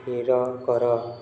ଧୀର କର